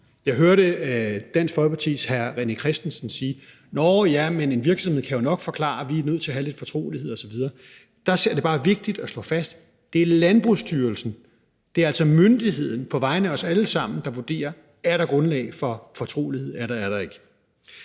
Jeg hørte Dansk Folkepartis hr. René Christensen sige: Nåh, jah, men en virksomhed kan jo nok forklare, at man er nødt til at have lidt fortrolighed osv. Der ser jeg det bare som vigtigt at slå fast, at det er Landbrugsstyrelsen, altså myndigheden, der på vegne af os alle sammen vurderer, om der er grundlag for fortrolighed eller ikke.